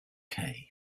kay